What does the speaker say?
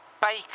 Bacon